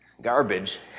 garbage